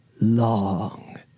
long